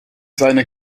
seiner